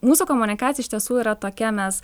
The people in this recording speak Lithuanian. mūsų komunikacija iš tiesų yra tokia mes